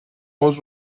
حوض